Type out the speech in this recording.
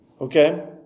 Okay